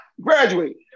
graduate